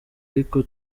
ariko